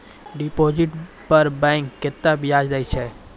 Deposit पर bank केतना ब्याज दै छै?